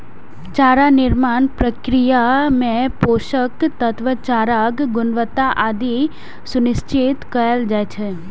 चारा निर्माण प्रक्रिया मे पोषक तत्व, चाराक गुणवत्ता आदि सुनिश्चित कैल जाइ छै